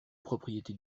propriété